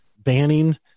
banning